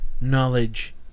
knowledge